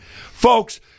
Folks